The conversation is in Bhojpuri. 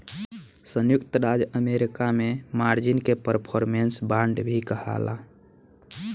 संयुक्त राज्य अमेरिका में मार्जिन के परफॉर्मेंस बांड भी कहाला